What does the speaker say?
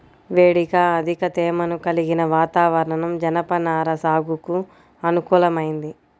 వేడిగా అధిక తేమను కలిగిన వాతావరణం జనపనార సాగుకు అనుకూలమైంది